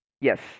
Yes